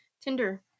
Tinder